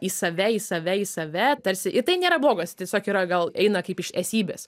į save į save į save tarsi ir tai nėra blogas tiesiog yra gal eina kaip iš esybės